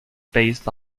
based